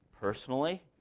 personally